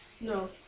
No